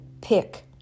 pick